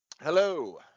Hello